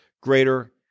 greater